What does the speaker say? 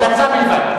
המלצה בלבד.